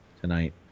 tonight